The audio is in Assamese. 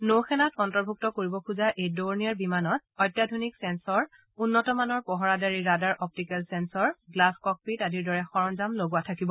নৌসেনাত অন্তৰ্ভুক্ত কৰিব খোজা এই ড'ৰনিয়েৰ বিমানত অত্যাধুনিক চেন্সৰ উন্নতমানৰ পহৰাদাৰী radar optical sensor glass cockpit আদিৰ দৰে সৰঞ্জাম লগোৱা থাকিব